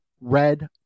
Red